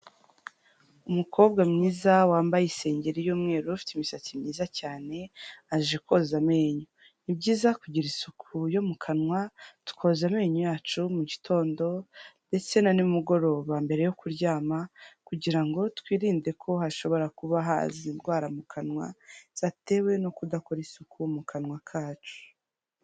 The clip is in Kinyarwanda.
Umukobwa mwiza wambaye isengeri y'umweru ufite imisatsi myiza cyane aje koza amenyo. Ni byiza kugira isuku yo mu kanwa tukoza amenyo yacu mu gitondo ndetse na nimugoroba mbere yo kuryama, kugirango twirinde ko hashobora kuba haza indwara mu kanwa zatewe no kudakora, isuku mu kanwa kacu.